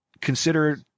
consider